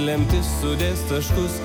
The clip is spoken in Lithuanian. lemtis sudės taškus